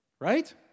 Right